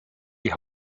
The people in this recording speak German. die